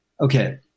Okay